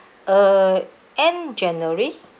uh end january